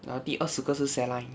然后第二十个是 saline